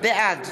בעד